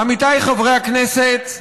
עמיתיי חברי הכנסת,